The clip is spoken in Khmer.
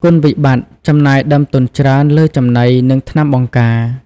គុណវិបត្តិ ចំណាយដើមទុនច្រើនលើចំណី និងថ្នាំបង្ការ។